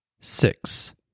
six